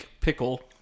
Pickle